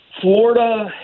Florida